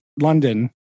London